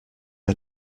hat